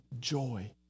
joy